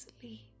sleep